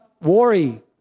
worry